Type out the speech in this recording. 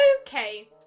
Okay